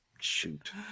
Shoot